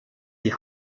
die